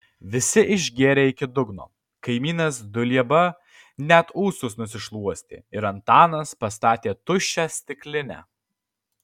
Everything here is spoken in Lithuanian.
visi išgėrė iki dugno kaimynas dulieba net ūsus nusišluostė ir antanas pastatė tuščią stiklinę